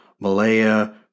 Malaya